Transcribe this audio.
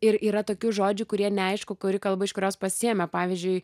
ir yra tokių žodžių kurie neaišku kuri kalba iš kurios pasiėmė pavyzdžiui